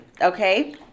Okay